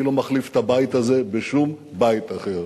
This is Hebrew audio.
אני לא מחליף את הבית הזה בשום בית אחר.